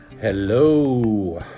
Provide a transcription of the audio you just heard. Hello